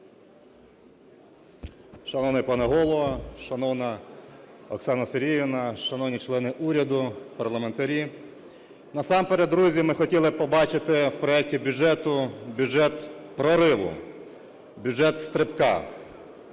Шановний пане Голово, шановна Оксана Сергіївна, шановні члени уряду, парламентарі! Насамперед, друзі, ми хотіли б побачити у проекті бюджету бюджет прориву, бюджет стрибка.